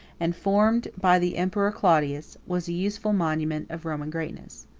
and formed by the emperor claudius, was a useful monument of roman greatness.